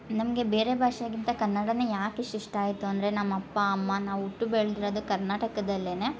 ನಮಗೆ ಬೇರೆ ಭಾಷೆಗಿಂತ ಕನ್ನಡವೇ ಯಾಕೆ ಇಷ್ ಇಷ್ಟ ಆಯಿತು ಅಂದರೆ ನಮ್ಮ ಅಪ್ಪ ಅಮ್ಮ ನಾವು ಹುಟ್ಟು ಬೆಳೆದಿರೋದು ಕರ್ನಾಟಕದಲ್ಲೇ